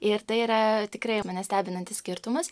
ir tai yra tikrai mane stebinantis skirtumas